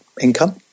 income